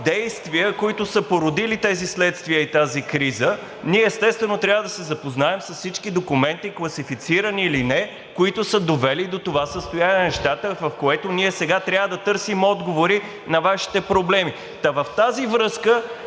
действия, които са породили тези следствия и тази криза, ние, естествено, трябва да се запознаем с всички документи, класифицирани или не, които са довели до това състояние на нещата, в което ние сега трябва да търсим отговори на Вашите проблеми. Та в тази връзка,